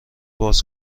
باز